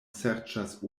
serĉas